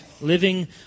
Living